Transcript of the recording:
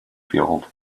field